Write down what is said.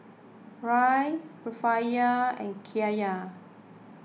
Riel Rufiyaa and Kyat